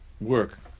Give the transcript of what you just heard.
work